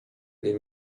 les